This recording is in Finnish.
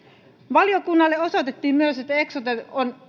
valiokunnalle osoitettiin myös että eksote on